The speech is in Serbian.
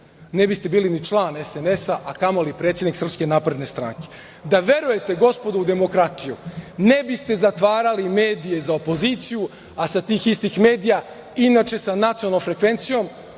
ne biste bili ni član SNS, a kamoli predsednik SNS.Da verujete, gospodo, u demokratiju, ne biste zatvarali medije za opoziciju, a sa tih istih medija, inače sa nacionalnom frekvencijom,